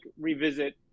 revisit